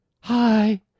Hi